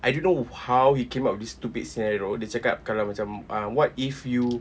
I don't know how he came up with this stupid scenario dia cakap kalau macam uh what if you